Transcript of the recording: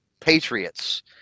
Patriots